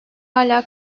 hâlâ